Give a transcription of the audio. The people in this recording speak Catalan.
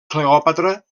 cleòpatra